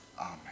Amen